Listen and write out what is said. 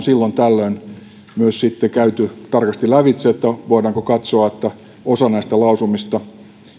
silloin tällöin on myös sitten käyty tarkasti lävitse sitä voidaanko katsoa että osa näistä lausumista